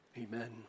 Amen